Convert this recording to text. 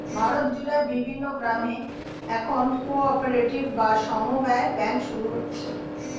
ভারত জুড়ে বিভিন্ন গ্রামে এখন কো অপারেটিভ বা সমব্যায় ব্যাঙ্ক শুরু হচ্ছে